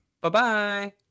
Bye-bye